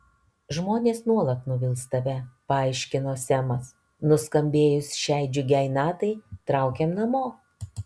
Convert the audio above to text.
žmonės nuolat nuvils tave paaiškino semas nuskambėjus šiai džiugiai natai traukiam namo